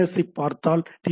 எஸ்ஸைப் பார்த்தால் டி